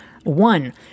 One